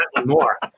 more